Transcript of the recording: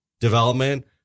development